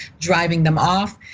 driving them off,